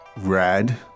Red